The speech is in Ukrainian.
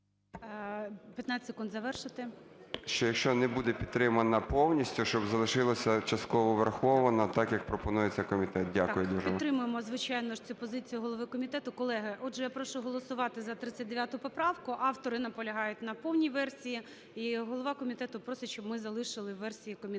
15 секунд, завершуйте. ІВАНЧУК А.В. Що якщо не буде підтримана повністю, щоб залишилася частково врахована, так, як пропонує це комітет. Дякую дуже. ГОЛОВУЮЧИЙ. Підтримуємо, звичайно ж, цю позицію голови комітету. Колеги, отже, я прошу голосувати за 39 поправку. Автори наполягають на повній версії. І голова комітету просить, щоб ми залишили версію комітету.